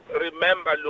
remember